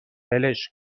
ولش